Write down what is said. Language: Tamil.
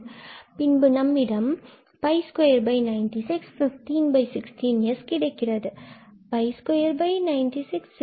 பின்பு நம்மிடம் 496 1516 Sகிடைக்கிறது